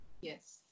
Yes